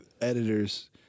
editors